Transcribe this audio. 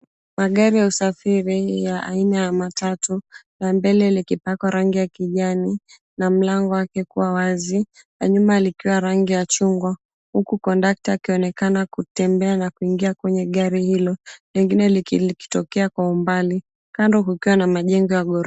Magari ya usafiri ya aina ya matatu na mbele likiwa rangi ya kijani na mlango wake kuwa wazi na nyuma likiwa rangi ya chungwa. Huku kondakta akionekana kutembea na kuingia kwenye gari hilo. Lingine likitokea kwa umbali. Kando kukiwa na majengo ya ghorofa.